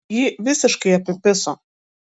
jį visiškai apipiso